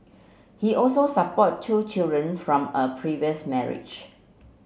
he also support two children from a previous marriage